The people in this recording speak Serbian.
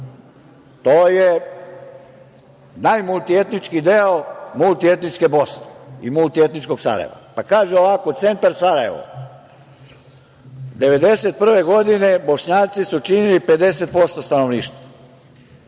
To je najmultietnički deo multietničke Bosne i multietničkog Sarajeva. Kaže ovako, centar Sarajevo - 1991. godine Bošnjaci su činili 50% stanovništva.